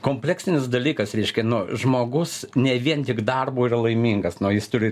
kompleksinis dalykas reiškia no žmogus ne vien tik darbu yra laimingas no jis turi